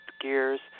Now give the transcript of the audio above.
gears